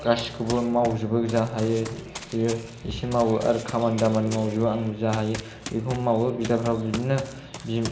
गासैखौबो मावजोबो जा हायो बियो एसे मावो आरो खामानि दामानि मावजोबो आंबो जा हायो बेखौ मावो आरो बिदाफ्राबो बिदिनो बि